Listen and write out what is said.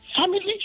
family